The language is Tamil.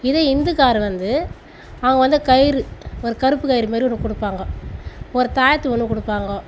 இதே ஹிந்துகாரரு வந்து அவங்க வந்து கயிறு ஒரு கருப்பு கயிறு மாதிரி ஒன்று கொடுப்பாங்கோ ஒரு தாயத்து ஒன்று கொடுப்பாங்கோ